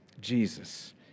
Jesus